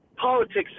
Politics